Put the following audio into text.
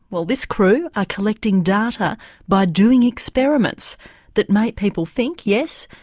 well this crew are collecting data by doing experiments that make people think, yes,